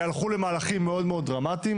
הם הלכו למהלכים מאוד מאוד דרמטיים,